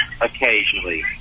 occasionally